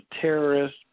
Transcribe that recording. terrorist